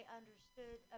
understood